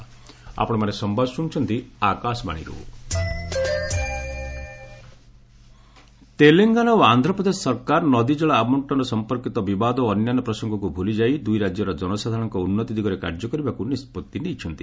CM Telangana Andhra Telangana ଓ ଆନ୍ଧ୍ରପ୍ରଦେଶ ସରକାର ନଦୀ ଜଳ ଆବଶ୍ଚନ ସଂପର୍କିତ ବିବାଦ ଓ ଅନ୍ୟାନ୍ୟ ପ୍ରସଙ୍ଗକୁ ଭୁଲିଯାଇ ଦୁଇରାଜ୍ୟର ଜନସାଧାରଣଙ୍କ ଉନ୍ନତି ଦିଗରେ କାର୍ଯ୍ୟ କରିବାକୁ ନିଷ୍ପଭି ନେଇଛନ୍ତି